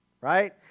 right